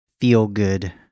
feel-good